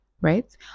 Right